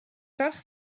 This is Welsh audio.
ferch